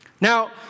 Now